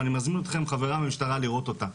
ואני מזמין אתכם חבריי מהמשטרה לראות אותה.